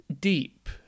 deep